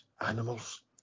animals